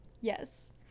yes